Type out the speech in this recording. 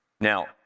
Now